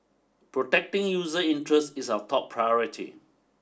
protecting user interests is our top priority